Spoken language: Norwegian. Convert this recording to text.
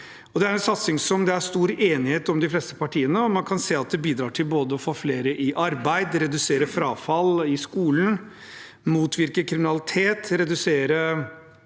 Dette er en satsing som det er stor enighet om i de fleste partiene, og man kan se at det bidrar til å både få flere i arbeid, redusere frafall i skolen, motvirke kriminalitet